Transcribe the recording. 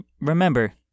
remember